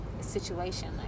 situation